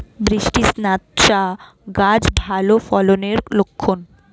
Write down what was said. বৃষ্টিস্নাত চা গাছ ভালো ফলনের লক্ষন